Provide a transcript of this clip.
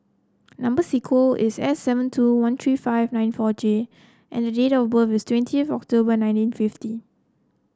number sequence is S seven two one three five nine four J and date of birth is twentieth of October nineteen fifty